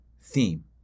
theme